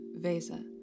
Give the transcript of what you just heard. VESA